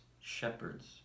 shepherds